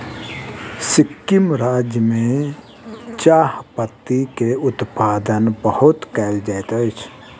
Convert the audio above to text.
सिक्किम राज्य में चाह पत्ती के उत्पादन बहुत कयल जाइत अछि